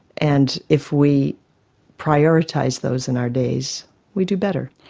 and if we prioritise those in our days we do better.